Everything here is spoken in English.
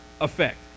effect